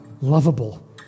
lovable